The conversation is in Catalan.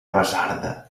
basarda